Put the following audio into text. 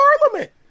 Parliament